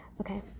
Okay